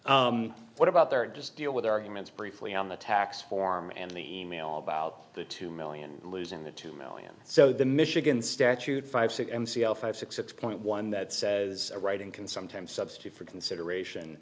what about their just deal with the arguments briefly on the tax form and the email about the two million losing the two million so the michigan statute five c m c l five six six point one that says writing can sometimes substitute for consideration